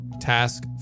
Task